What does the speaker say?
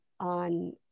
on